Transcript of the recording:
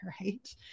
right